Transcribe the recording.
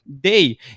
day